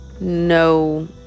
no